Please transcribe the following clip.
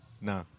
No